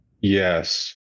Yes